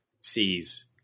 sees